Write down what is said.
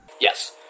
Yes